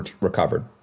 recovered